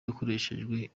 yakoreshejwe